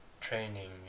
training